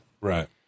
right